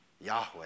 Yahweh